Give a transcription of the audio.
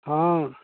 हँ